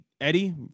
Eddie